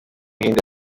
buhinde